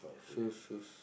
shoes shoes